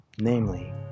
Namely